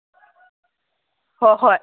ꯍꯣꯏ ꯍꯣꯏ